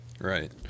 Right